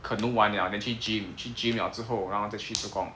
canoe 完了 then 去 gym 去 gym 了之后然后就去做工